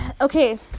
Okay